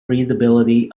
readability